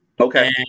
Okay